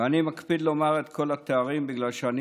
אני מקפיד לומר את כל התארים בגלל שאני